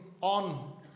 on